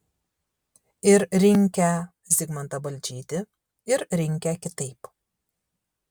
ir rinkę zigmantą balčytį ir rinkę kitaip